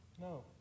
no